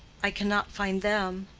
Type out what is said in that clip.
i cannot find them.